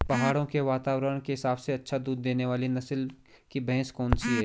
पहाड़ों के वातावरण के हिसाब से अच्छा दूध देने वाली नस्ल की भैंस कौन सी हैं?